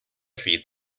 feed